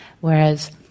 Whereas